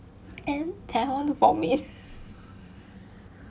and I want to vomit